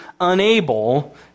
unable